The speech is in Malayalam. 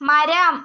മരം